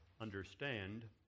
understand